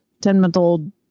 ten-month-old